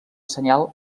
senyal